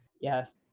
Yes